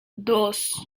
dos